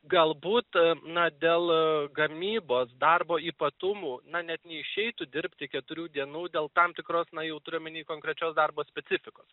galbūt na dėl gamybos darbo ypatumų na net neišeitų dirbti keturių dienų dėl tam tikros na jau turiu omeny konkrečios darbo specifikos